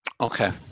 Okay